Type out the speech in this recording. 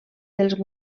dels